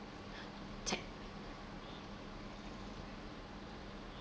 tech~